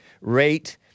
rate